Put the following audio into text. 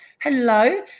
Hello